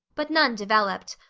but none developed.